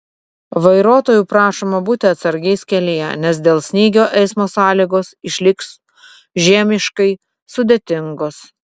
vairuotojų prašoma būti atsargiais kelyje nes dėl snygio eismo sąlygos išliks žiemiškai sudėtingos